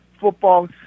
Football